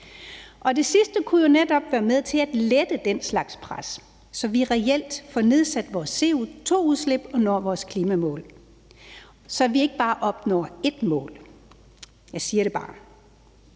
Det sidste kunne jo netop være med til at lette den slags pres, så vi reelt får nedsat vores CO2-udslip og når vores klimamål, og så vi ikke bare opnår ét mål. Jeg siger det bare.